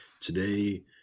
Today